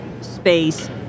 space